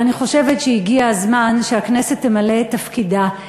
אבל אני חושבת שהגיע הזמן שהכנסת תמלא את תפקידה,